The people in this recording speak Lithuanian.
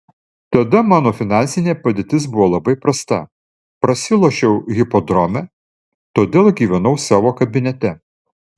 tada mano finansinė padėtis buvo labai prasta prasilošiau hipodrome todėl gyvenau savo kabinete